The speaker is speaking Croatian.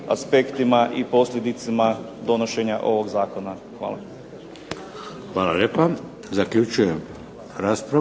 aspektima i posljedicama donošenja ovog zakona. Hvala. **Šeks, Vladimir (HDZ)** Hvala lijepa. Zaključujem raspravu.